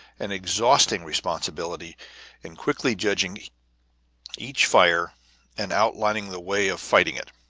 an exhausting responsibility in quickly judging each fire and outlining the way of fighting it.